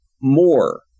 more